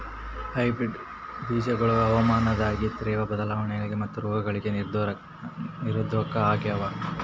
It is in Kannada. ಹೈಬ್ರಿಡ್ ಬೇಜಗೊಳ ಹವಾಮಾನದಾಗಿನ ತೇವ್ರ ಬದಲಾವಣೆಗಳಿಗ ಮತ್ತು ರೋಗಗಳಿಗ ನಿರೋಧಕ ಆಗ್ಯಾವ